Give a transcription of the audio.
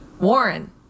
Warren